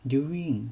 during